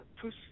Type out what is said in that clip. tous